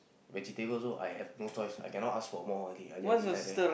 vegetable also I have no choice I cannot ask for more already I just eat lah then